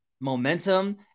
momentum